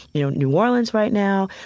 you know, new orleans right now,